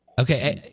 Okay